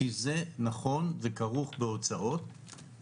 ובמילה טובה